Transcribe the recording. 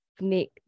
make